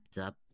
up